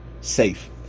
safe